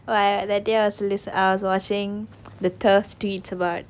!wah! that day I was listen~ I was watching the thirst tweets about